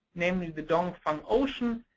namely the dong fang ocean.